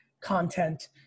content